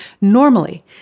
Normally